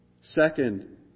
Second